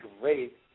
great